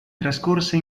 trascorse